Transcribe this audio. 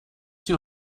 two